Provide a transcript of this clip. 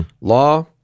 law